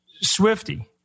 Swifty